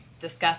Discuss